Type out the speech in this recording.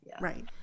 Right